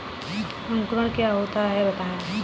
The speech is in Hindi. अंकुरण क्या होता है बताएँ?